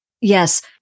Yes